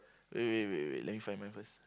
wait wait wait wait let me find mine first